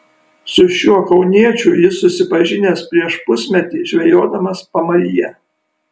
su šiuo kauniečiu jis susipažinęs prieš pusmetį žvejodamas pamaryje